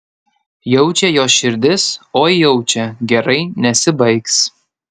jaučia jos širdis oi jaučia gerai nesibaigs